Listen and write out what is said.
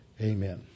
amen